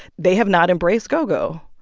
they have not embraced go-go,